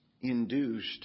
induced